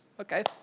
Okay